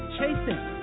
chasing